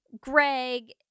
Greg